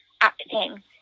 acting